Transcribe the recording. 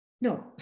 No